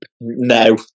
No